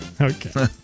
okay